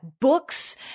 books